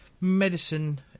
medicine